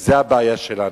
זאת הבעיה שלנו,